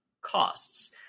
costs